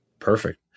Perfect